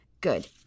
Good